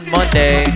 Monday